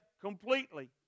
Completely